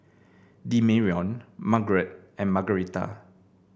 Demarion Margret and Margretta